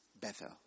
Bethel